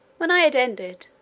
when i had ended,